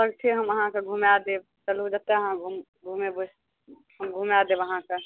सच्चे हम अहाँके घूमाय देब चलू जतऽ अहाँ घुमि घुमेबय हम घूमाय देब अहाँके